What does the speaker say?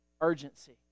urgency